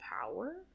power